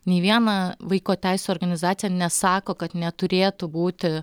nei viena vaiko teisių organizacija nesako kad neturėtų būti